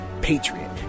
patriot